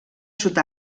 sud